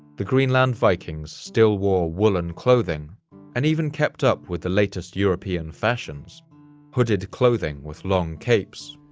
the greenland vikings still wore woollen clothing and even kept up with the latest european fashions hooded clothing with long capes.